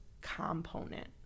component